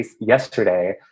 yesterday